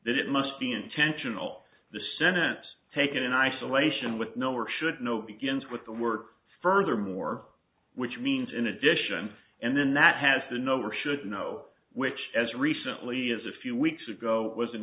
that it must be intentional the sentence taken in isolation with no or should know begins with the word furthermore which means in addition and then that has to know or should know which as recently as a few weeks ago was